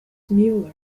mueller